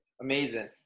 Amazing